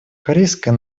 корейская